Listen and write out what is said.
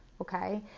Okay